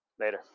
Later